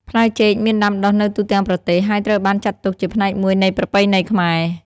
ផ្លែចេកមានដាំដុះនៅទូទាំងប្រទេស ហើយត្រូវបានចាត់ទុកជាផ្នែកមួយនៃប្រពៃណីខ្មែរ។